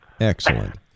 Excellent